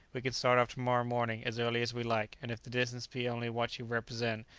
we can start off to-morrow morning as early as we like, and if the distance be only what you represent,